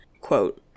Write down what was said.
quote